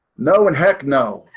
no and heck no.